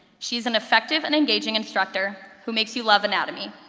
she's an effective and engaging instructor who makes you love anatomy.